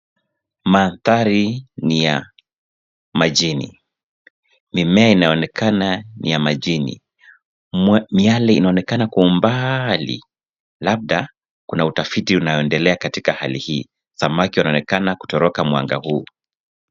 Mandhari ni ya majini. Mimea inaonekana ni ya majini. Miale inaonekana kwa umbali labda kuna utafiti unaendelea katika hali hii. Samaki wanaonekana kutoroka mwanga huu.